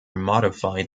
modified